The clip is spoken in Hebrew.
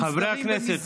חברי הכנסת,